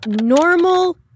normal